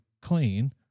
clean